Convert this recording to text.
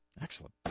Excellent